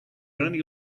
only